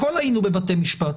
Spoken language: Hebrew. הכול היינו עושים בבתי משפט.